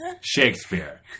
Shakespeare